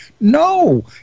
no